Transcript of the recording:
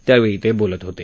त्यावेळी ते बोलत होते